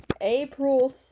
april